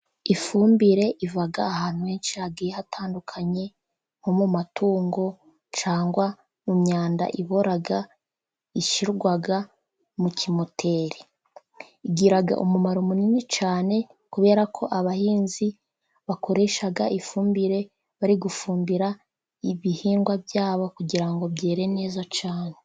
Ifumbire iva ahantu henshi hagiye hatandukanye, nko mu matungo cyangwa mu myanda ibora, ishyirwa mu kimoteri. Igira umumaro munini cyane, kubera ko abahinzi bakoresha ifumbire bari gufumbira ibihingwa byabo, kugira byere neza cyane.